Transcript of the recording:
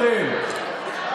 הצבעת איתם בשבוע שעבר.